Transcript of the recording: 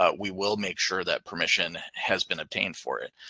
ah we will make sure that permission has been obtained for it.